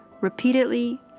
repeatedly